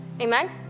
Amen